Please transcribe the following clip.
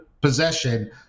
possession